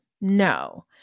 No